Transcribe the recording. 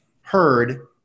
heard